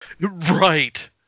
right